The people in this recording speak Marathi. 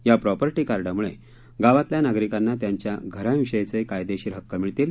या प्रॉपर्टी कार्डामुळे गावातल्या नागरिकांना त्यांच्या घराविषयीचे कायदेशीर हक्क मिळतील